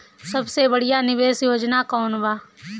सबसे बढ़िया निवेश योजना कौन बा?